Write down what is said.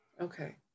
Okay